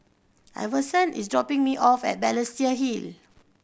Iverson is dropping me off at Balestier Hill